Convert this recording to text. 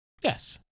Yes